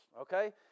Okay